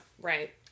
Right